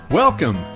Welcome